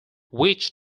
which